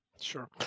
Sure